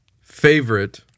favorite